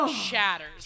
shatters